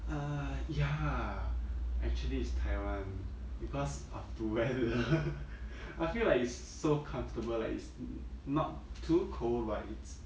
err ya actually it's taiwan because of the weather I feel like it's so comfortable like it's n~ not too cold but it's